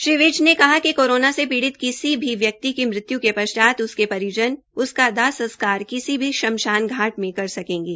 श्री विज ने कहा कि कोरोना से पीड़ित किसी भी व्यक्ति की मृत्यू के पश्चात उसके परिजन उसका दाह संस्कार किसी भी शमशान घाट में कर सकेंगे